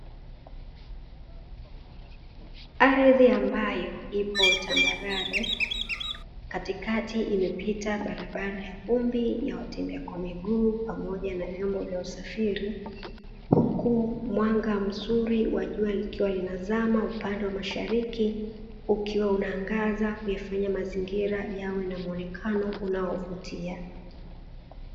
Ardhi ambayo ipo tambarare, katikati imepita barabara ya vumbi ya watembea kwa miguu pamoja na vyombo vya usafiri, huku mwanga mzuri wa jua likiwa linazama upande wa mashariki, ukiwa unaangaza kuyafanyaazingira yawe na muonekano unaovutia.